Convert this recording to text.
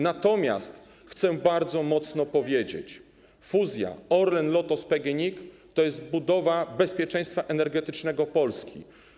Natomiast chcę bardzo mocno powiedzieć, że fuzja Orlenu, Lotosu i PGNiG-u to jest budowa bezpieczeństwa energetycznego Polski.